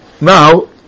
now